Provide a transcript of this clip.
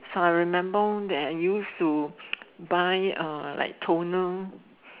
so I remember that I used to buy uh like toner